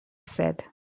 said